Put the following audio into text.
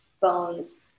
bones